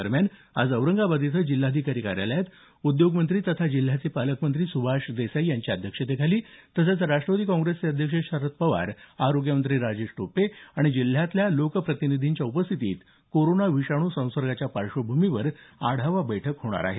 दरम्यान आज औरंगाबाद इथं जिल्हाधिकारी कार्यालयात उद्योगमंत्री सुभाष देसाई यांच्या अध्यक्षतेखाली आणि राष्ट्रवादी काँग्रेसचे अध्यक्ष खासदार शरद पवार आरोग्यमंत्री राजेश टोपे आणि जिल्ह्यातल्या लोकप्रतिनिधींच्या उपस्थितीत कोरोना विषाणू संसर्गाच्या पार्श्वभूमीवर आढवा बैठक होणार आहे